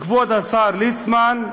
כבוד השר ליצמן,